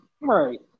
Right